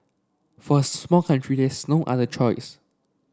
for a small country there's no other choice